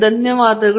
ಧನ್ಯವಾದಗಳು